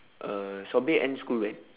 uh sobri end school when